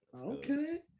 Okay